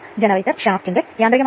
അതിനാൽ R 1 1